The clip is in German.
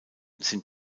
sind